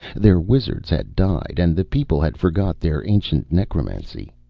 their wizards had died, and the people had forgot their ancient necromancy.